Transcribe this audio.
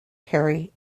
harry